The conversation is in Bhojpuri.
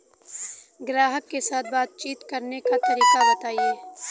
ग्राहक के साथ बातचीत करने का तरीका बताई?